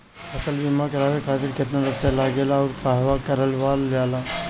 फसल बीमा करावे खातिर केतना रुपया लागेला अउर कहवा करावल जाला?